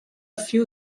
few